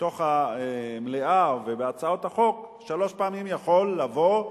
בתוך המליאה ובהצעות החוק, שלוש פעמים יכול לבוא,